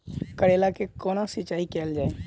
करैला केँ कोना सिचाई कैल जाइ?